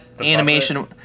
animation